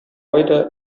айда